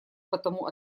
потому